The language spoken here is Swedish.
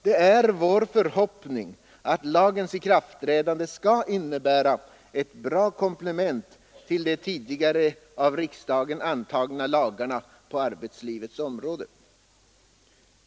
Det är vår förhoppning att lagens ikraftträdande skall innebära ett bra komplement till de tidigare av riksdagen antagna lagarna på arbetslivets område.